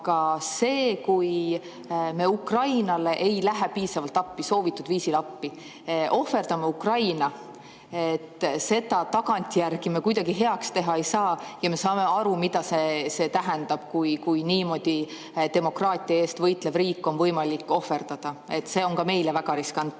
Aga see, kui me Ukrainale ei lähe piisavalt appi, soovitud viisil appi, ohverdame Ukraina – seda tagantjärgi me kuidagi heaks teha ei saa. Me saame aru, mida see tähendab, kui niimoodi demokraatia eest võitlev riik on võimalik ohverdada. See on ka meile väga riskantne.